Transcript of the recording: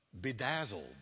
bedazzled